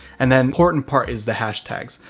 and then important part is the hashtags.